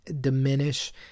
diminish